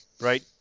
right